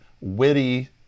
witty